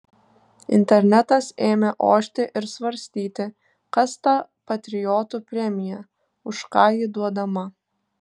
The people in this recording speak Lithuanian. internetas ėmė ošti ir svarstyti kas ta patriotų premija už ką ji duodama